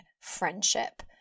friendship